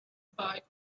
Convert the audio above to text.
buy